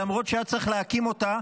למרות שהיה צריך להקים אותה,